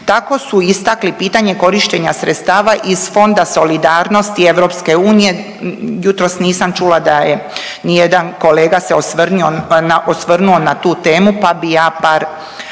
Tako su istakli pitanje korištenja sredstava iz Fonda solidarnosti EU. Jutros nisam čula da je, ni jedan kolega se osvrnuo na tu temnu, pa bih ja par